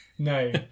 No